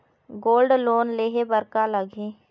Gold loan लेहे बर का लगही?